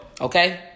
Okay